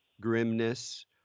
grimness